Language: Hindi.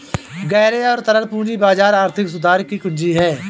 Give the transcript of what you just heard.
गहरे और तरल पूंजी बाजार आर्थिक सुधार की कुंजी हैं,